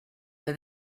for